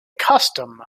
custom